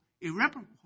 irreparable